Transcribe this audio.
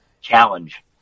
challenge